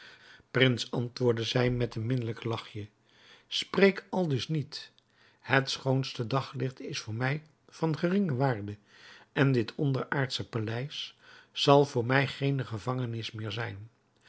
prins antwoordde zij met een minnelijk lachje spreek aldus niet het schoonste daglicht is voor mij van geringe waarde en dit onderaardsche paleis zal voor mij geene gevangenis meer zijn